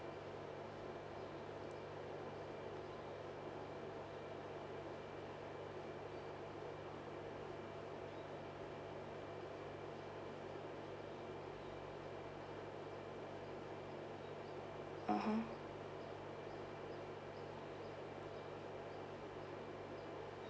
(uh huh)